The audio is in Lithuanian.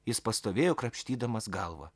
jis pastovėjo krapštydamas galvą